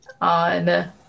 on